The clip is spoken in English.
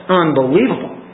unbelievable